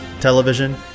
television